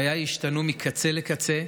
חיי השתנו מקצה לקצה,